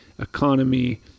economy